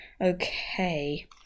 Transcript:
Okay